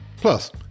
Plus